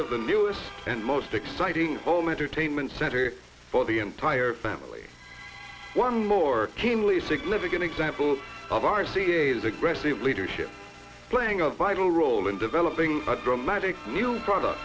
of the newest and most exciting home entertainment center for the entire family one more keenly significant example of r c a is aggressive leadership playing a vital role in developing a dramatic